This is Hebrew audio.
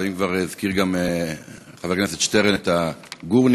ואם כבר הזכיר חבר הכנסת שטרן את הגורניקים,